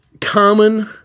common